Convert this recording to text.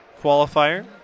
qualifier